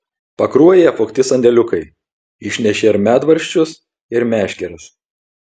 pakruojyje apvogti sandėliukai išnešė ir medvaržčius ir meškeres